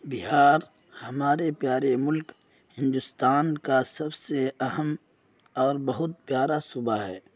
بہار ہمارے پیارے ملک ہندوستان کا سب سے اہم اور بہت پیارا صوبہ ہے